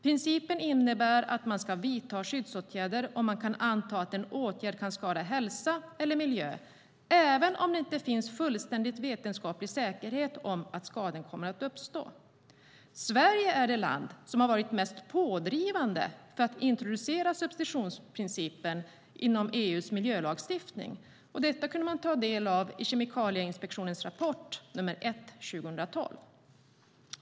Principen innebär att man ska vidta skyddsåtgärder om man kan anta att en åtgärd kan skada hälsa eller miljö, även om det inte finns fullständigt vetenskaplig säkerhet om att skadan kommer att uppstå. Sverige är det land som har varit mest pådrivande för att introducera substitutionsprincipen i EU:s miljölagstiftning. Detta kunde man ta del av i Kemikalieinspektionens rapport nr 1 2012.